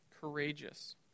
courageous